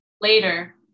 Later